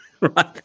Right